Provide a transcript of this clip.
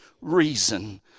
reason